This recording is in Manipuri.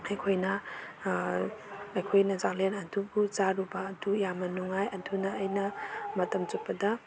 ꯑꯩꯈꯣꯏꯅ ꯑꯩꯈꯣꯏꯅ ꯆꯥꯛꯂꯦꯟ ꯑꯗꯨꯕꯨ ꯆꯥꯔꯨꯕ ꯑꯗꯨ ꯌꯥꯝꯅ ꯅꯨꯡꯉꯥꯏ ꯑꯗꯨꯅ ꯑꯩꯅ ꯃꯇꯝ ꯆꯨꯞꯄꯗ